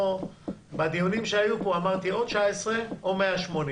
בדיונים שהיו פה אמרתי: או 19 או 180,